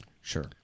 Sure